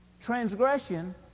Transgression